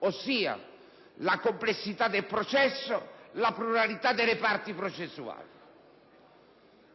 ossia la complessità del processo e la pluralità delle parti processuali.